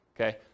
Okay